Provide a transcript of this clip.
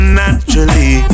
naturally